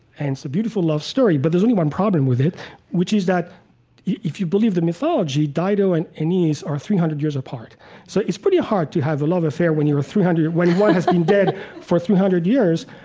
and it's a beautiful love story. but there's only one problem with it which is that if you believe the mythology, dido and aeneas are three hundred years apart so it's pretty hard to have a love affair when you're three hundred, when one has been dead for three hundred years.